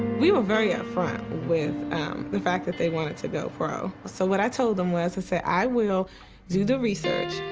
we were very upfront with the fact that they wanted to go pro. so what i told them was, i said, i will do the research.